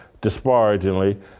disparagingly